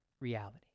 reality